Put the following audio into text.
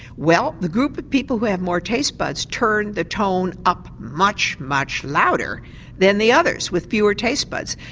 well the group of people who have more taste buds turned the tone up much, much louder than the others with fewer taste buds.